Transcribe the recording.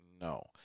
no